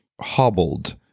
hobbled